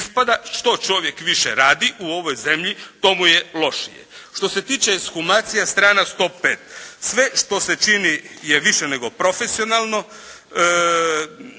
Ispada što čovjek više radi u ovoj zemlji, to mu je lošije. Što se tiče ekshumacija strana 105. Sve što se čini je više nego profesionalno.